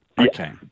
Okay